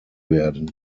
werden